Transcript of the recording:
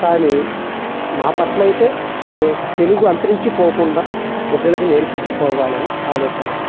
కానీ మా పట్ల అయితే తెలుగు అంతరించిపోకుండా బిడ్డలకి నేర్పించుకోవాలని ఆలోచన